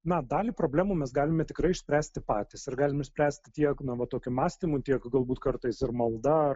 na dalį problemų mes galime tikrai išspręsti patys ir galim išspręsti tiek nu va tokiu mąstymu tiek galbūt kartais ir malda